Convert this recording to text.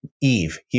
Eve